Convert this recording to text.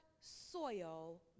soil